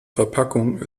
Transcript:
verpackung